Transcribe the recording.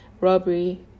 robbery